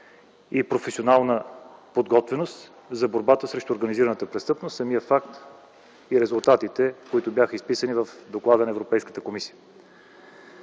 и професионална подготвеност за борбата срещу организираната престъпност – самия факт и резултатите, които бяха изписани в доклада на Европейската комисия.